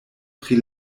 pri